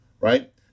right